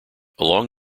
along